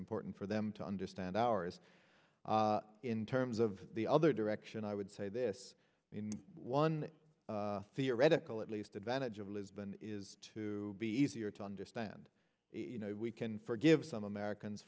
important for them to understand ours in terms of the other direction i would say this one theoretical at least advantage of lisbon is to be easier to understand you know we can forgive some americans